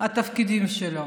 מהתפקיד שלו.